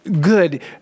good